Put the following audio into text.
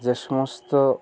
যে সমস্ত